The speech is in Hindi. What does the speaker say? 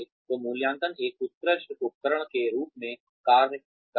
तो मूल्यांकन एक उत्कृष्ट उपकरण के रूप में कार्य करता है